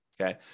okay